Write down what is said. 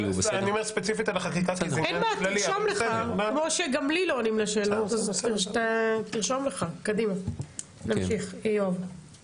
(שקף: צוות שוק שחור בתחום הפיננסי).